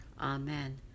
Amen